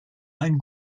ein